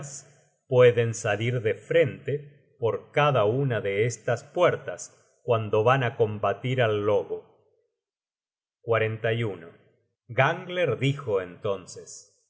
pueden salir de frente porcada una de estas puertas cuando van á combatir al lobo gangler dijo entonces